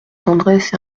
tendresse